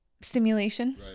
stimulation